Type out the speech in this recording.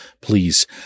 please